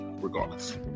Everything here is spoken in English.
regardless